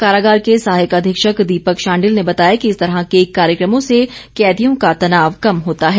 कारागार के सहायक अधीक्षक दीपक शांडिल ने बताया कि इस तरह के कार्यक्रमों से कैदियों का तनाव कम होता है